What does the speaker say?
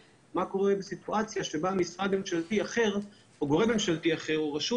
אין מענה לסיטואציה שבה משרד ממשלתי אחר או גורם ממשלתי אחר או רשות